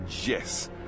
Yes